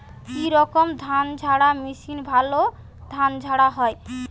কি রকম ধানঝাড়া মেশিনে ভালো ধান ঝাড়া হয়?